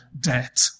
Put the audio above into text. debt